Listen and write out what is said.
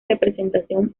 representación